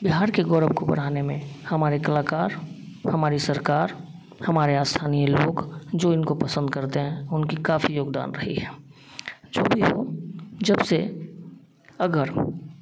बिहार के गौरव को बढ़ाने में हमारे कलाकार हमारे सरकार हमारे स्थानीय लोग जो इनको पसंद करते हैं उनकी काफी योगदान रही है जो भी हो जब से अगर